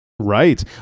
Right